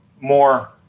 more